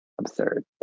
absurd